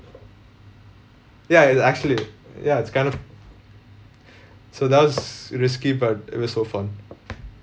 ya it's actually ya it's kind of so that was risky but it was so fun